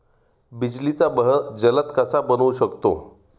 बिजलीचा बहर जलद कसा बनवू शकतो?